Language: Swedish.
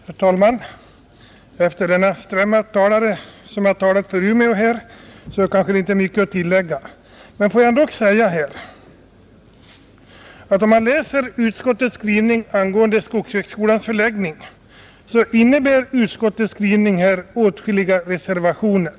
Herr talman! Efter den ström av talare som här har pläderat för Umeå kanske det inte är så mycket att tillägga. Men tillåt mig ändå säga att om man läser utskottets skrivning angående skogshögskolans förläggning, så innebär den åtskilliga reservationer.